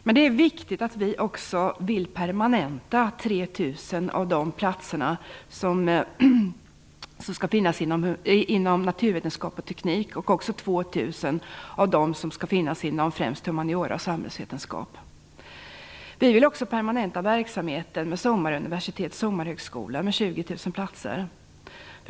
Men det är viktigt att betona att vi också vill permanenta 3 000 av de platser som skall finnas inom naturvetenskap och teknik och 2 000 av de platser som skall finnas inom främst humaniora och samhällsvetenskap. Vi vill också permanenta verksamheten med sommaruniversitet/sommarhögskola med 20 000 platser.